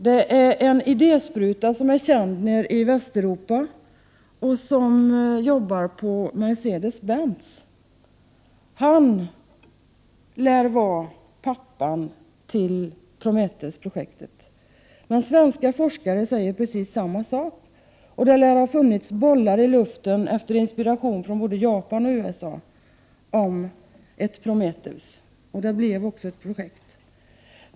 Han är en idéspruta som är känd i Västeuropa och som jobbar på Mercedes Benz. Han lär vara pappan till Prometheusprojektet. Men svenska forskare säger precis samma sak, och det lär ha funnits bollar i luften efter inspiration från både Japan och USA om ett Prometheus. Det blev också ett projekt.